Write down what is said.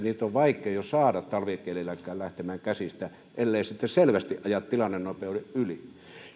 niitä on jo vaikea saada talvikelilläkään lähtemään käsistä ellei sitten aja selvästi tilannenopeuden yli